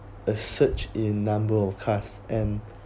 a surge in number of cars and